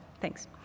Thanks